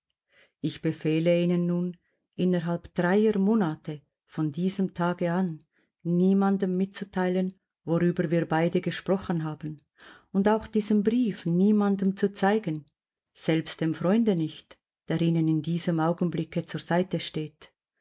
ich befehle ihnen nun innerhalb dreier monate von diesem tage an niemandem mitzuteilen worüber wir beide gesprochen haben und auch diesen brief niemandem zu zeigen selbst dem freunde nicht der ihnen in diesem augenblicke zur seite steht